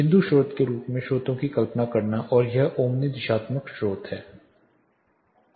बिंदु स्रोत के रूप में स्रोतों की कल्पना करना और यह ओमनी दिशात्मक स्रोत है